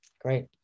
Great